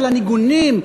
על הניגונים,